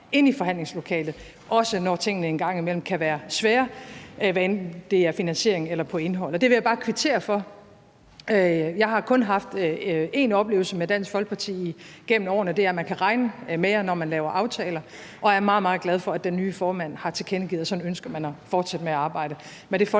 inde i forhandlingslokalet, også når tingene en gang imellem kan være svære, hvad enten det er om finansiering eller på indhold. Og det vil jeg bare kvittere for. Jeg har kun haft en oplevelse med Dansk Folkeparti igennem årene, og det er, at man kan regne med jer, når man laver aftaler, og jeg er meget, meget glad for, at den nye formand har tilkendegivet, at sådan ønsker man at fortsætte med at arbejde. Med det